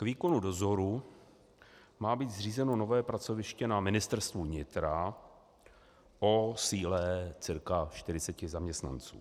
K výkonu dozoru má být zřízeno nové pracoviště na Ministerstvu vnitra o síle cca 40 zaměstnanců.